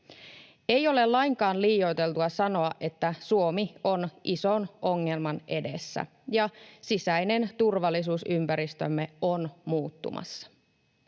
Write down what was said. Ei ole lainkaan liioiteltua sanoa, että Suomi on ison ongelman edessä, ja sisäinen turvallisuusympäristömme on muuttumassa.